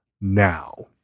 now